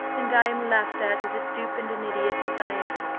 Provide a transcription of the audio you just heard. and i am laughed at as a dupe and an idiot, as i am.